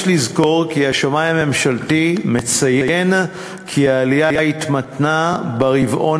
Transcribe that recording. יש לזכור כי השמאי הממשלתי מציין כי העלייה התמתנה ברבעון